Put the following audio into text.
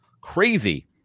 crazy